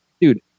Dude